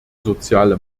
soziale